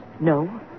No